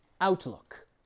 outlook